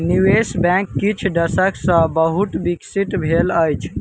निवेश बैंक किछ दशक सॅ बहुत विकसित भेल अछि